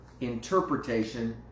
interpretation